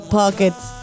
pockets